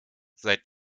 seit